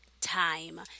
Time